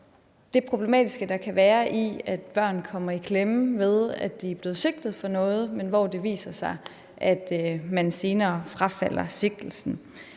det problematiske, der kan være i, at børn kommer i klemme, hvis de er blevet sigtet for noget og man senere frafalder sigtelsen.